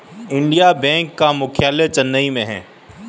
Indian bank का मुख्यालय चेन्नई में है